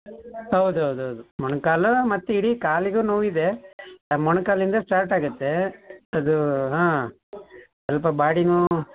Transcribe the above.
ಹೌದೌದೌದು ಮೊಣಕಾಲು ಮತ್ತು ಇಡೀ ಕಾಲಿಗೂ ನೋವಿದೆ ಮೊಣಕಾಲಿಂದ ಸ್ಟಾರ್ಟ್ ಆಗತ್ತೆ ಅದು ಹಾಂ ಸ್ವಲ್ಪ ಬಾಡಿಯೂ